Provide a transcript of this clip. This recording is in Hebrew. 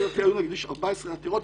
נגדי הגישו 14 עתירות,